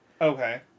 Okay